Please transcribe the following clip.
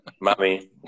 mommy